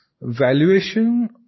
valuation